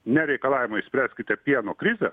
nereikalavimą išspręskite pieno krizę